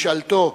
משאלתו,